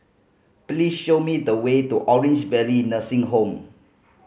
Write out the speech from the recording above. please show me the way to Orange Valley Nursing Home